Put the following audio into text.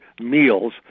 meals